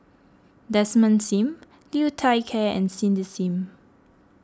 Desmond Sim Liu Thai Ker and Cindy Sim